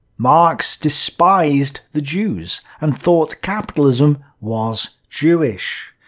marx despised the jews and thought capitalism was jewish.